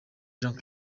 jean